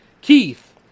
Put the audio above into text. Keith